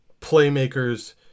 playmakers